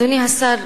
אדוני השר,